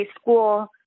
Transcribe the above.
school